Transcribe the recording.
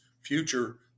future